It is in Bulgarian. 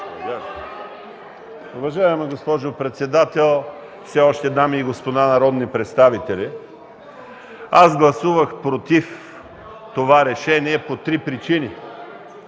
Уважаема госпожо председател, все още дами и господа народни представители! Аз гласувах „против” това решение по три причини.